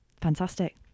Fantastic